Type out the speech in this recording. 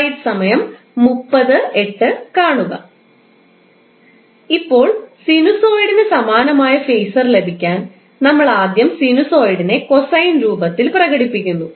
ഇപ്പോൾ സിനുസോയിഡിന് സമാനമായ ഫേസർ ലഭിക്കാൻ നമ്മൾ ആദ്യം സിനുസോയിഡിനെ കോസൈൻ രൂപത്തിൽ പ്രകടിപ്പിക്കുന്നു